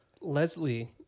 Leslie